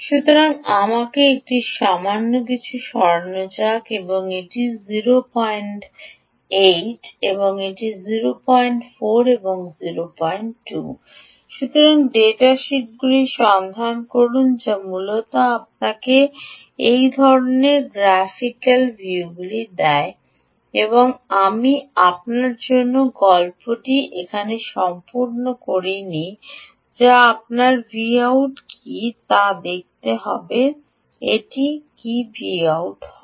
সুতরাং আমাকে এটি সামান্য কিছুটা সরানো যাক এটি 08 দেখান এটি 04 এটি 02 সুতরাং ডেটা শিটগুলি সন্ধান করুন যা মূলত আপনাকে এই ধরণের গ্রাফগুলি ভিউ গ্রাফ দেয় আমি আপনার জন্য গল্পটি এখানে সম্পূর্ণ করিনি যা আপনার Vout কী তা দেখতে হবে এটি কী Vout হয়